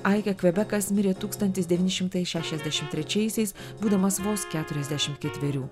aikė kvebekas mirė tūkstantis devyni šimtai šešiasdešimt trečiaisiais būdamas vos keturiasdešimt ketverių